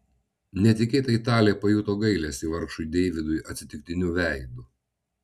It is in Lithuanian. netikėtai talė pajuto gailestį vargšui deividui atsitiktiniu veidu